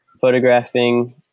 photographing